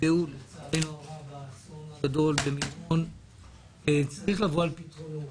שנפגעו לצערי הרב באסון הגדול במירון צריך לבוא על פתרונו,